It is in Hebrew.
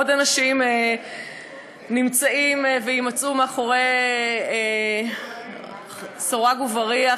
עוד אנשים נמצאים ויימצאו מאחורי סורג ובריח,